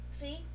See